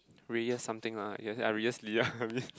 Reyes something lah yeah yeah Reyes-Liah maybe